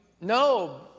No